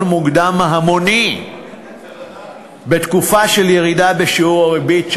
מוקדם המוני בתקופה של ירידה בשיעור הריבית.